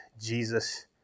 Jesus